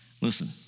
Listen